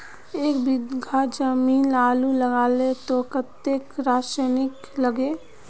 एक बीघा जमीन आलू लगाले तो कतेक रासायनिक लगे?